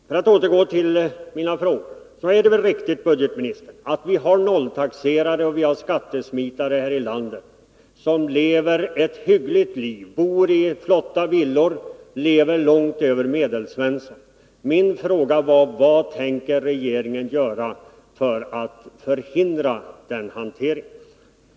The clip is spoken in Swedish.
För att återgå till mina övriga frågor: Nog är det väl riktigt, herr budgetminister, att vi har nolltaxerare och skattesmitare här i landet som lever ett hyggligt liv, bor i flotta villor, lever långt över Medelsvenssons standard. Min fråga var: Vad tänker regeringen göra för att förhindra den hanteringen?